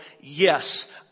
yes